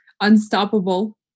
unstoppable